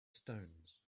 stones